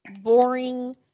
boring